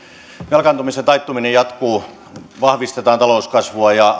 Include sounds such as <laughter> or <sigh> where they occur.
velkaantumisen taittuminen jatkuu vahvistetaan talouskasvua ja <unintelligible>